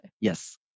Yes